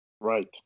Right